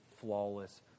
flawless